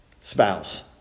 spouse